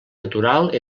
natural